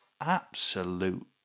absolute